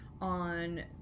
on